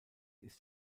ist